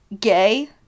gay